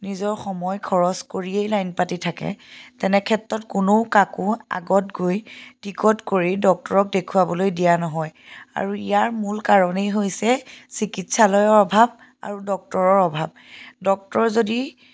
নিজৰ সময় খৰচ কৰিয়েই লাইন পাতি থাকে তেনেক্ষেত্ৰত কোনো কাকো আগত গৈ টিকট কৰি ডক্টৰক দেখুৱাবলৈ দিয়া নহয় আৰু ইয়াৰ মূল কাৰণেই হৈছে চিকিৎসালয়ৰ অভাৱ আৰু ডক্তৰৰ অভাৱ ডক্টৰ যদি